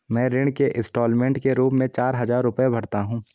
मैं ऋण के इन्स्टालमेंट के रूप में चार हजार रुपए भरता हूँ